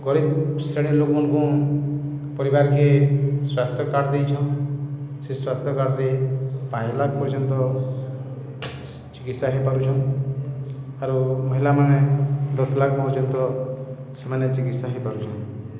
ଗରିବ୍ ଶ୍ରେଣୀର୍ ଲୋକ୍ମାନ୍କୁ ପରିବାର୍କେ ସ୍ୱାସ୍ଥ୍ୟ କାର୍ଡ଼୍ ଦେଇଛନ୍ ସେ ସ୍ୱାସ୍ଥ୍ୟ କାର୍ଡ଼୍ରେ ପାଞ୍ଚ୍ ଲାଖ୍ ପର୍ଯ୍ୟନ୍ତ ଚିକିତ୍ସା ହେଇପାରୁଛନ୍ ଆରୁ ମହିଳାମାନେ ଦଶ୍ ଲାଖ୍ ପର୍ଯ୍ୟନ୍ତ ସେମାନେ ଚିକିତ୍ସା ହେଇପାରୁଛନ୍